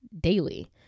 daily